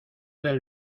del